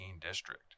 district